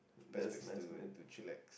best place to to chillax